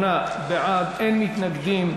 58 בעד, אין מתנגדים,